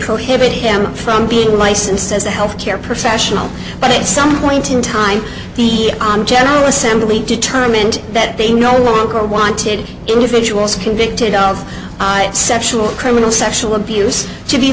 prohibit him from being licensed as a health care professional but it's some point in time the on general assembly determined that they no longer wanted individuals convicted of sexual criminal sexual abuse to be